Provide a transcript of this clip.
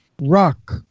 rock